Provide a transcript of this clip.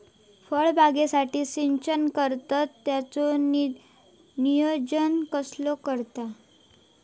फळबागेसाठी सिंचन करतत त्याचो नियोजन कसो करतत?